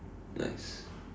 nice